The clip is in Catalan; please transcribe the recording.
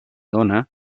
dóna